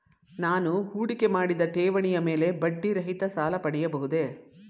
ನಾನು ಹೂಡಿಕೆ ಮಾಡಿದ ಠೇವಣಿಯ ಮೇಲೆ ಬಡ್ಡಿ ರಹಿತ ಸಾಲ ಪಡೆಯಬಹುದೇ?